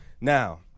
Now